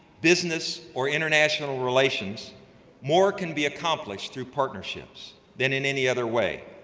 business, or international relations more can be accomplished through partnerships than in any other way.